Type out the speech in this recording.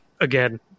Again